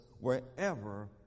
wherever